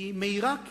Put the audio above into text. היא מאירה,